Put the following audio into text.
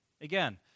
Again